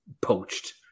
poached